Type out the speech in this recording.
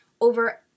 over